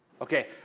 Okay